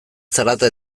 zarata